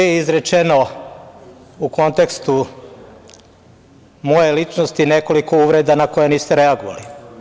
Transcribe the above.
Ovde je izrečeno u kontekstu moje ličnosti nekoliko uvreda na koje niste reagovali.